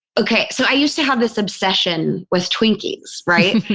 ok. so i used to have this obsession with twinkies. right?